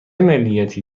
ملیتی